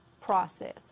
process